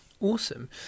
Awesome